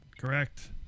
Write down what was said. Correct